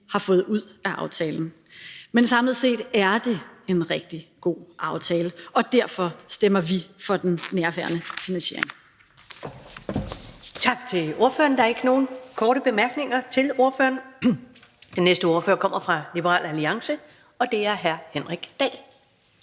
har fået ud af aftalen. Men samlet set er det en rigtig god aftale, og derfor stemmer vi for den nærværende finansiering. Kl. 14:33 Første næstformand (Karen Ellemann): Tak til ordføreren. Der er ikke nogen korte bemærkninger til ordføreren. Den næste ordfører kommer fra Liberal Alliance, og det er hr. Henrik Dahl.